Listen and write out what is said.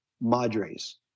madres